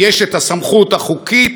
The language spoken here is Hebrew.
יש את הסמכות החוקית,